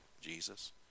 Jesus